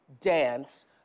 dance